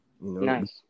Nice